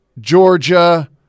Georgia